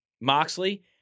Moxley